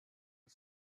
the